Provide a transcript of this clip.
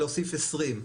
להוסיף 20,